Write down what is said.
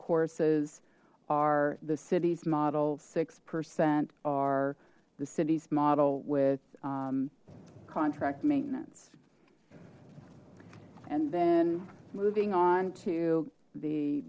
courses are the city's model six percent are the city's model with contract maintenance and then moving on to the